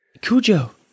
Cujo